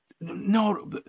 No